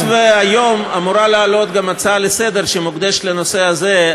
היות שהיום אמורה לעלות גם הצעה לסדר-היום שמוקדשת לנושא הזה,